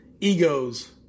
egos